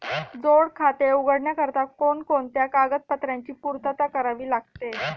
जोड खाते उघडण्याकरिता कोणकोणत्या कागदपत्रांची पूर्तता करावी लागते?